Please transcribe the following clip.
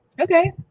Okay